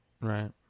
Right